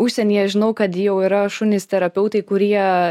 užsienyje žinau kad jau yra šunys terapeutai kurie